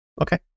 Okay